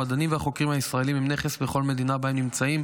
המדענים והחוקרים הישראלים הם נכס בכל מדינה שבה הם נמצאים.